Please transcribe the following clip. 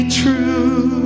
true